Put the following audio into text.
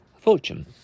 fortune